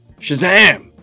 Shazam